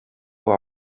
που